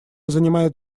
занимают